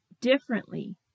differently